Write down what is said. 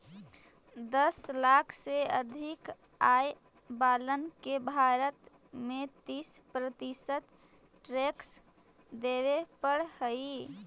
दस लाख से अधिक आय वालन के भारत में तीस प्रतिशत टैक्स देवे पड़ऽ हई